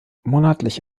monatlich